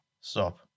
Stop